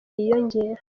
yiyongera